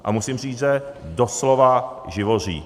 A musím říct, že doslova živoří.